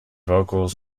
vocals